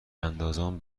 اندازان